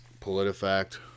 PolitiFact